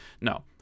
No